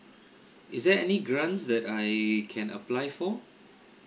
is there any grants that I can apply for